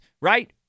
right